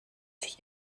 sich